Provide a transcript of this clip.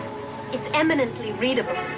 it's eminently readable.